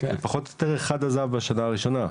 פחות או יותר אחד עזב בשנה הראשונה.